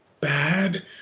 bad